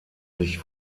sich